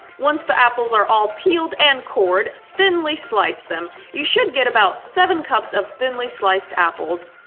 once the apples are all peeled and cored thinly slice them. you should get about seven cups of thinly sliced apples.